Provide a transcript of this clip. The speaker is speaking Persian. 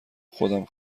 خودم